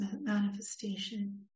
manifestation